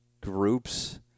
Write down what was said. groups